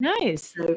Nice